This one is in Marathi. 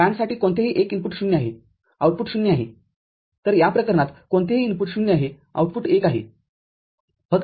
AND साठी कोणतेही १ इनपुट० आहेआउटपुट ० आहे तरया प्रकरणात कोणतेही इनपुट० आहेआउटपुट१ आहे